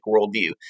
worldview